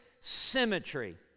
symmetry